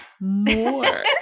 more